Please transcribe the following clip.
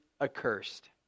accursed